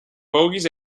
bogies